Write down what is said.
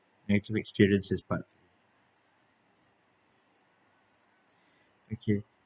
next week students is part okay